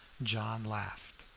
john laughed.